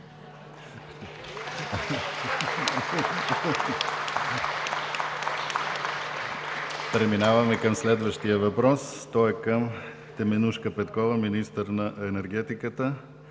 Преминаваме към следващия въпрос. Той е към Теменужка Петкова – министър на енергетиката,